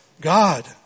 God